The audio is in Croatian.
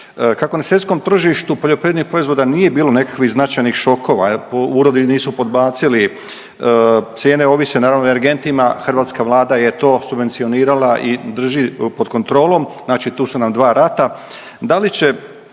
Kako na svjetskom tržištu poljoprivrednih proizvoda nije bilo nekakvih značajnih šokova, urodi nisu podbacili, cijene ovise naravno o energentima hrvatska Vlada je to subvencionirala i drži pod kontrolom, znači tu su nam dva rata.